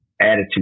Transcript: attitude